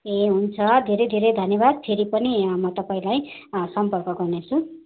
ए हुन्छ धेरै धेरै धन्यवाद फेरि पनि म तपाईँलाई सम्पर्क गर्नेछु